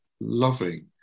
loving